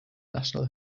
national